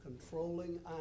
controlling